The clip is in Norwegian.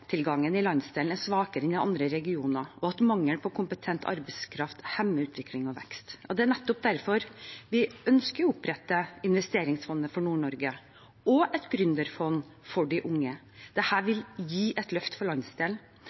i landsdelen er svakere enn i andre regioner, og at mangel på kompetent arbeidskraft hemmer utvikling og vekst. Det er nettopp derfor vi ønsker å opprette et investeringsfond for Nord-Norge og et gründerfond for de unge. Dette vil gi et løft for landsdelen.